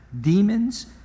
demons